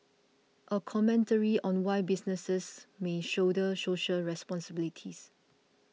a commentary on why businesses may shoulder social responsibilities